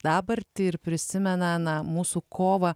dabartį ir prisimena na mūsų kovą